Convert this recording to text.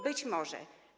Być może.